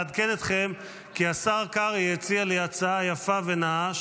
לעדכן אתכם כי השר קרעי הציע לי הצעה יפה ונאה,